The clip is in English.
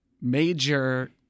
major